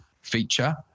feature